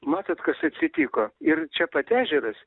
matot kas atsitiko ir čia pat ežeras